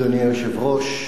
אדוני היושב-ראש,